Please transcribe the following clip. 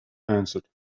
answered